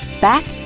back